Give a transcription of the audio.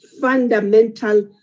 fundamental